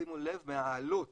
שימו לב, מהעלות